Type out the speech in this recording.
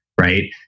right